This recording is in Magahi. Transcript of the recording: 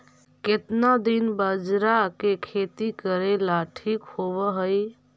केतना दिन बाजरा के खेती करेला ठिक होवहइ?